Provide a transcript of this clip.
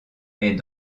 est